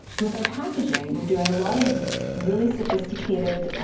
with our packaging we're doing a lot of really sophisticated,